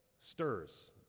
stirs